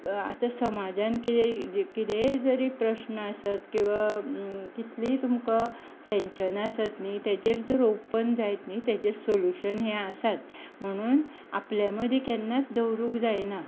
आतां समाजांत जा कितेंय प्रश्न आसत किंवा कितलींय तुमकां टेंशना आसत न्ही ताजेरसून ओपन जायत न्ही जाल्यार ताजेर सोल्यूशन हें आसाच म्हणून आपले मदीं केन्नाच दवरूंक जायना